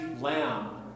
lamb